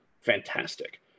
Fantastic